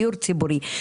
דיור ציבורי,